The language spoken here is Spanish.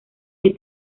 que